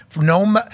No